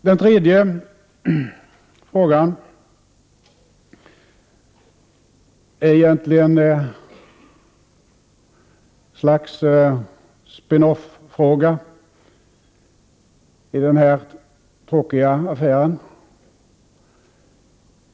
Den tredje frågan är egentligen ett slags spin-off-fråga i den här tråkiga affären.